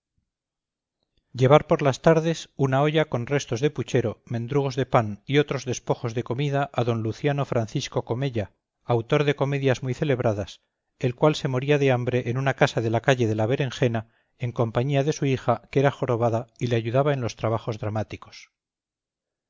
llevar por las tardes una olla con restos de puchero mendrugos de pan y otros despojos de comida a d luciano francisco comella autor de comedias muy celebradas el cual se moría de hambre en una casa de la calle de la berenjena en compañía de su hija que era jorobada y le ayudaba en los trabajos dramáticos